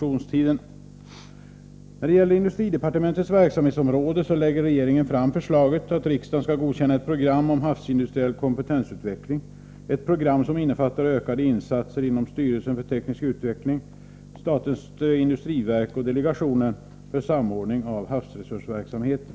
de När det gäller industridepartementets verksamhetsområde lägger regeringen fram förslaget, att riksdagen skall godkänna ett program om havsindustriell kompetensutveckling, ett program som innefattar ökade insatser inom styrelsen för teknisk utveckling , statens industriverk och delegationen för samordning av havsresursverksamheten .